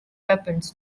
weapons